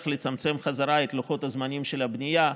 לצמצם חזרה את לוחות הזמנים של הבנייה,